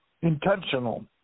intentional